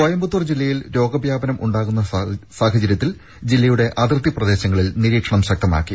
കോയമ്പത്തൂർ ജില്ലയിൽ രോഗ വ്യാപനം ഉണ്ടാകുന്ന സാഹചര്യത്തിൽ ജില്ലയുടെ അതിർത്തി പ്രദേശങ്ങളിൽ നിരീക്ഷണം ശക്തമാക്കി